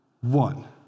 One